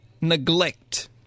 Neglect